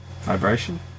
Vibration